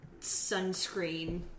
sunscreen